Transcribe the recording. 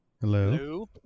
Hello